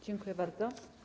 Dziękuję bardzo.